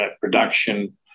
production